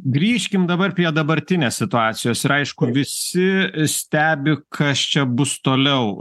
grįžkim dabar prie dabartinės situacijos ir aišku visi stebi kas čia bus toliau